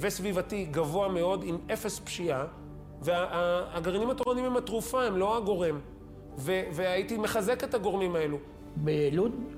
וסביבתי גבוה מאוד, עם אפס פשיעה, והגרעינים התורניים הם התרופה הם לא הגורם, והייתי מחזק את הגורמים האלו. - בלון?